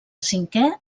cinquè